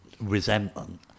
resentment